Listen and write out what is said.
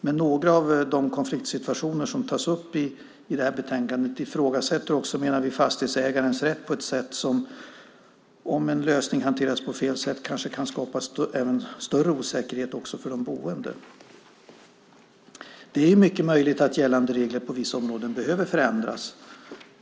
Men några av de konfliktsituationer som tas upp i betänkandet ifrågasätter också, menar vi, fastighetsägarens rätt på ett sätt som om en lösning hanteras på fel sätt kanske kan skapa större osäkerhet också för de boende. Det är mycket möjligt att gällande regler på vissa områden behöver förändras.